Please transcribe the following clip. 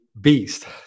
beast